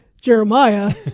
Jeremiah